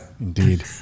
Indeed